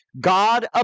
God